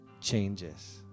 changes